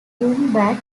wombat